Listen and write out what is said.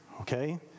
Okay